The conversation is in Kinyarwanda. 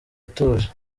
atuje